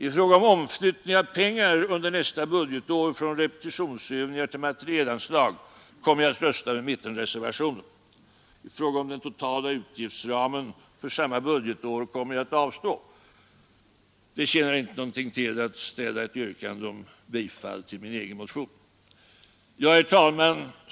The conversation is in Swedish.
I fråga om omflyttning av pengar under nästa budgetår från repetitionsövningar till materielanslag kommer jag att rösta med mittenreservationen. I fråga om den totala utgiftsramen för samma budgetår kommer jag att avstå. Det tjänar inte någonting till att ställa ett yrkande om bifall till min egen motion. Herr talman!